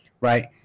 right